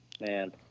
Man